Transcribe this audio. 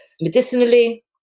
Medicinally